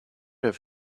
have